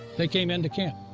they came into camp.